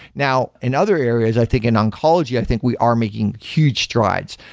now, in other areas, i think in oncology. i think we are making huge strides.